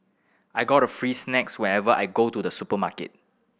I got free snacks whenever I go to the supermarket